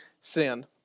sin